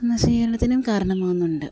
നശീകരണത്തിനും കാരണമാവുന്നുണ്ട്